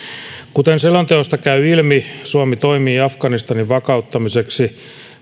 kuten selonteosta käy ilmi suomi toimii afganistanin vakauttamiseksi